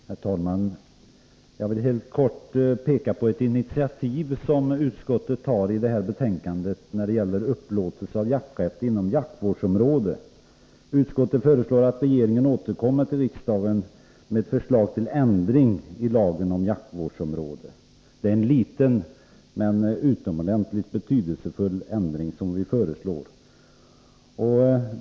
Herr talman! Jag vill fatta mig helt kort och peka på ett initiativ som utskottet tar i detta betänkande när det gäller upplåtelse av jakträtt inom jaktvårdsområde. Utskottet föreslår att regeringen återkommer till riksdagen med ett förslag till ändring i lagen om jaktvårdsområde. Det är en liten men utomordentligt betydelsefull ändring som vi tar upp.